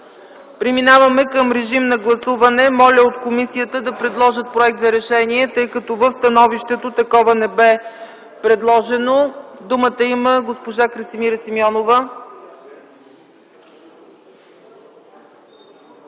Преминаваме към гласуване. Моля от комисията да предложат проект за решение, тъй като в становището такова не бе предложено. Думата има госпожа Красимира Симеонова.